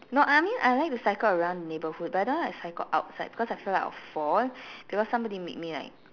no I mean I like to cycle around the neighbourhood but I don't like to cycle outside because I feel like I would fall because somebody made me like